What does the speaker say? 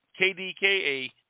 KDKA